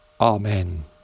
Amen